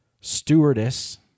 Stewardess